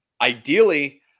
ideally